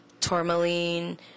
tourmaline